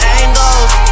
angles